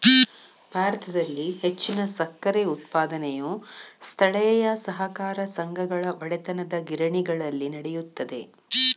ಭಾರತದಲ್ಲಿ ಹೆಚ್ಚಿನ ಸಕ್ಕರೆ ಉತ್ಪಾದನೆಯು ಸ್ಥಳೇಯ ಸಹಕಾರ ಸಂಘಗಳ ಒಡೆತನದಗಿರಣಿಗಳಲ್ಲಿ ನಡೆಯುತ್ತದೆ